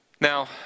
Now